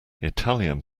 italian